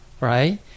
right